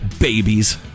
Babies